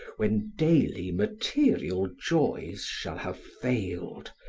when daily material joys shall have failed,